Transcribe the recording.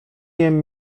jem